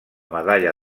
medalla